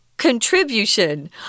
Contribution